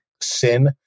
sin